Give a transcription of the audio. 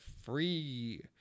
free